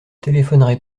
téléphonerai